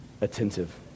attentive